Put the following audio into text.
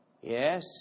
Yes